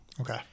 okay